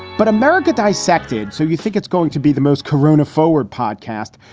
but america dissected. so you think it's going to be the most korona forward podcast?